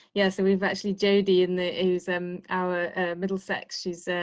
yeah, so we've actually jody in the is um our middlesex shoes.